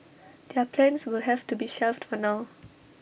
their plans will have to be shelved for now